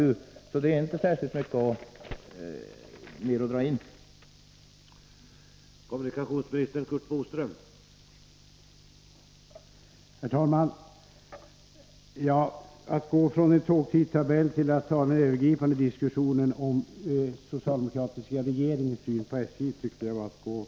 Det finns alltså inte särskilt mycket mer att dra in på.